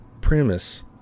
premise